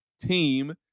team